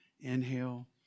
inhale